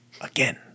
again